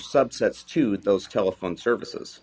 subsets to those telephone services